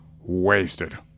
wasted